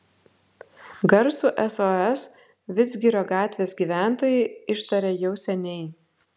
garsų sos vidzgirio gatvės gyventojai ištarė jau seniai